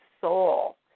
soul